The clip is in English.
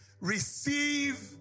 receive